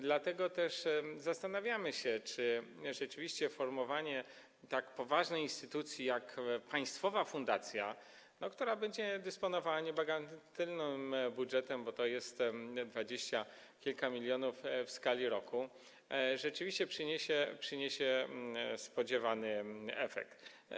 Dlatego też zastanawiamy się, czy formowanie tak poważnej instytucji jak państwowa fundacja, która będzie dysponowała niebagatelnym budżetem, bo to jest dwadzieścia kilka milionów w skali roku, rzeczywiście przyniesie spodziewany efekt.